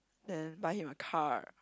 then buy him a car